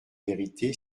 vérité